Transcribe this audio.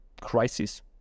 crisis